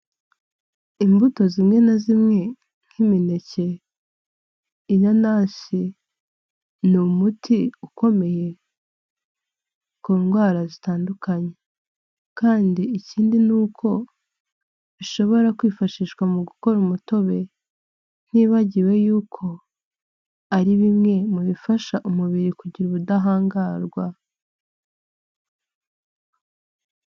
Imbuto zimwe na zimwe nk'imineke, inanasi ni umuti ukomeye ku ndwara zitandukanye kandi ikindi ni uko bishobora kwifashishwa mu gukora umutobe ntigiwe yuko ari bimwe mu bifasha umubiri kugira ubudahangarwa.